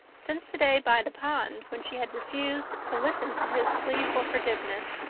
since the day by the pond when she had refused to listen to his plea for forgiveness,